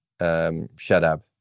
Shadab